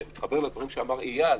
ואני מתחבר לדברים שאמר איל,